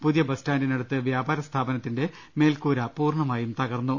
പുതിയ ബസ് സ്റ്റാന്റിനടുത്ത് വ്യാപാര സ്ഥാപനത്തിന്റെ മേൽക്കൂര പൂർണമായും തകർന്നു